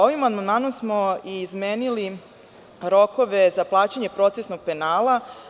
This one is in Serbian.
Ovim amandmanom smo izmenili rokove plaćanja procesnog penala.